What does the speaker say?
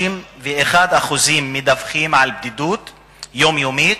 31% מדווחים על בדידות יומיומית,